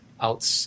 out